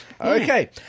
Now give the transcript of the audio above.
Okay